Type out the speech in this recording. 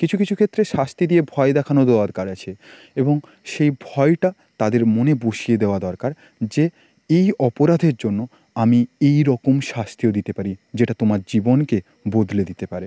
কিছু কিছু ক্ষেত্রে শাস্তি দিয়ে ভয় দেখানো দরকার আছে এবং সেই ভয়টা তাদের মনে বসিয়ে দেওয়া দরকার যে এই অপরাধের জন্য আমি এই রকম শাস্তিও দিতে পারি যেটা তোমার জীবনকে বদলে দিতে পারে